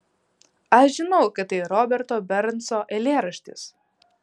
aš žinau kad tai roberto bernso eilėraštis